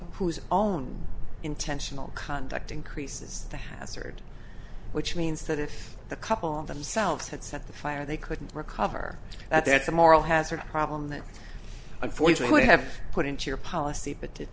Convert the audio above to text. whose own intentional conduct increases the hazard which means that if the couple themselves had set the fire they couldn't recover that that's a moral hazard problem that unfortunately you have put into your policy but